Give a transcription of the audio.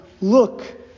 look